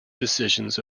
decisions